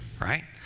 right